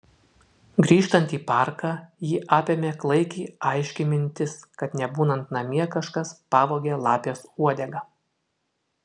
grįžtant į parką jį apėmė klaikiai aiški mintis kad nebūnant namie kažkas pavogė lapės uodegą